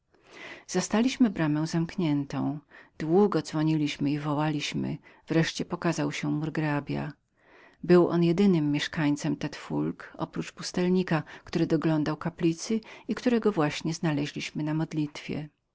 zastaliśmy bramę zamkniętą długo dzwoniliśmy i wołaliśmy wreszcie pokazał się murgrabia był on jedynym mieszkańcem tte foulque oprócz pustelnika który doglądał kaplicy i którego właśnie znaleźliśmy przy modlitwie